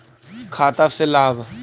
खाता से लाभ?